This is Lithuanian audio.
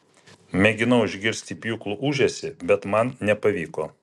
mėginau išgirsti pjūklų ūžesį bet man nepavyko